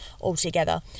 altogether